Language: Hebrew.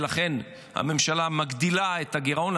ולכן הממשלה מגדילה את הגירעון,